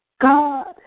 God